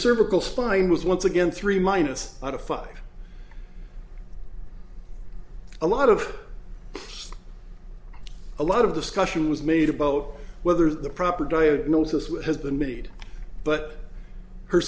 cervical spine was once again three minus out of five a lot of a lot of this question was made about whether the proper diagnosis was has been made but her